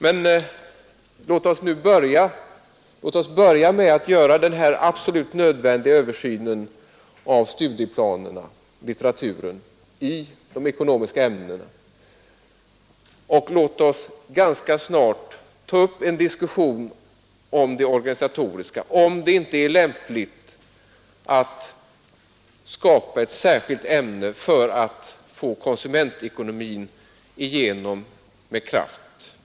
Men låt oss börja med att göra denna absolut nödvändiga översyn av studieplanerna och litteraturen i de ekonomiska ämnena, och låt oss ganska snart ta upp en diskussion om det organisatoriska, dvs. om det inte är lämpligt att skapa ett särskilt ämne för att få igenom konsumentekonomin med kraft.